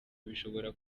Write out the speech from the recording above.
bishobora